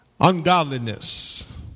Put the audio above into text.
Ungodliness